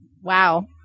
wow